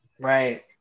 Right